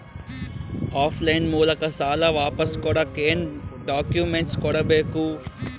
Of line ಮೂಲಕ ಸಾಲ ವಾಪಸ್ ಕೊಡಕ್ ಏನು ಡಾಕ್ಯೂಮೆಂಟ್ಸ್ ಕೊಡಬೇಕು?